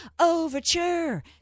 Overture